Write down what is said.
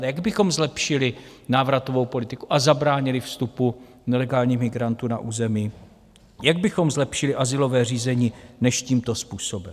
A jak bychom zlepšili návratovou politiku a zabránili vstupu nelegálních migrantů na území, jak bychom zlepšili azylové řízení než tímto způsobem?